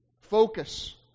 focus